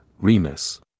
Remus